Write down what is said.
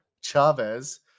Chavez